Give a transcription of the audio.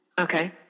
Okay